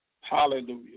Hallelujah